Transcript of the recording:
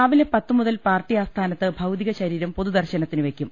രാവിലെ പത്തുമുതൽ പാർട്ടി ആസ്ഥാനത്ത് ഭൌതികശരീരം പൊതു ദർശനത്തിന് വെയ്ക്കും